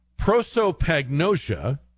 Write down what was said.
prosopagnosia